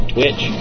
Twitch